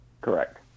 correct